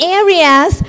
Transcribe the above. areas